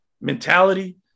mentality